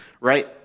right